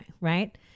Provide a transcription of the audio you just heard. Right